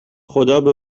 خدابه